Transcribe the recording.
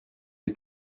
est